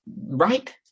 Right